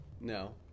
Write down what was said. No